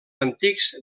antics